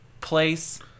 place